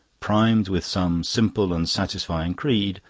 primed with some simple and satisfying creed,